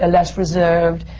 ah less reserved.